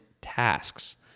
tasks